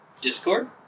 Discord